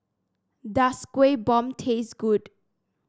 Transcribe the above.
does Kueh Bom taste good